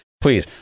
Please